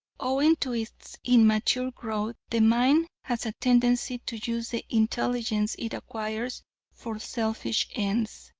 owing to its immature growth, the mind has a tendency to use the intelligence it acquires for selfish ends.